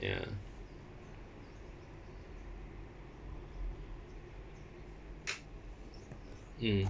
ya mm